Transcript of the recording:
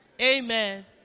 Amen